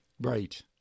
Right